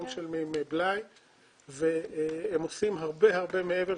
לא משלמים בלאי והם עושים הרבה מעבר,